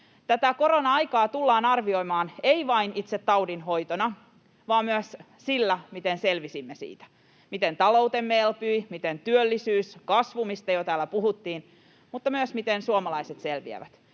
Tätä korona-aikaa tullaan arvioimaan ei vain itse taudin hoitona vaan myös sillä, miten selvisimme siitä — miten taloutemme elpyi, miten työllisyys ja kasvu elpyivät, mistä jo täällä puhuttiin, mutta myös miten suomalaiset selviävät.